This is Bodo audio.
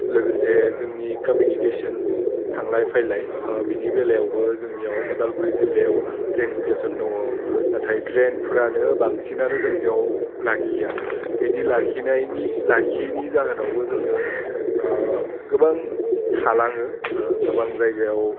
लोगोसे जोंनि कमिनिकेशन थांलाय फायलाइ बिनि बेलायावबो जोंनियाव अदालगुरि जिल्लायाव ट्रेइन स्टेसन दङ नाथाय ट्रेइनफ्रानो बांसिनानो जोंनियाव लाखिया बिदि लाखिनायनि लाखियैनि जाहोनावबो जोङो गोबां थालाङो गोबां जायगायाव